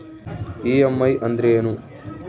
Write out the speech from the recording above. EMI ಅಂದ್ರೇನು?